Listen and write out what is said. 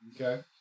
Okay